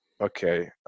okay